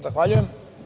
Zahvaljujem.